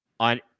on